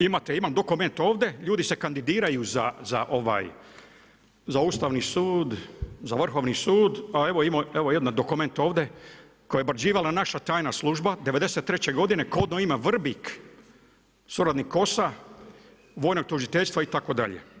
Imate jedan dokument ovdje, ljudi se kandidiraju za Ustavni sud, za Vrhovni sud, pa evo imam jedan dokument ovdje koji je obrađivala naša tajna služba 93' godine, kodno ime Vrbnik, suradnik Kosa, vojnog tužiteljstva itd.